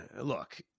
Look